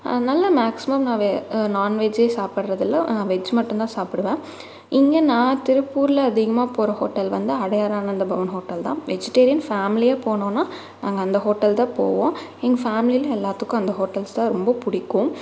அதனால் மேக்சிமம் நான் வே நான்வெஜ்ஜே சாப்பிட்றதில்ல வெஜ் மட்டும்தான் சாப்பிடுவேன் இங்கே நான் திருப்பூரில் அதிகமாக போகிற ஹோட்டல் வந்து அடையார் ஆனந்தபவன் ஹோட்டல்தான் வெஜிடேரியன் ஃபேம்லியாக போனோனால் நாங்கள் அந்த ஹோட்டல் தான் போவோம் எங்கள் ஃபேம்லியில எல்லாத்துக்கும் அந்த ஹோட்டல்ஸ்தான் ரொம்ப பிடிக்கும்